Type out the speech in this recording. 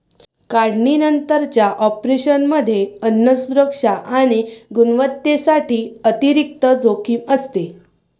काढणीनंतरच्या ऑपरेशनमध्ये अन्न सुरक्षा आणि गुणवत्तेसाठी अतिरिक्त जोखीम असते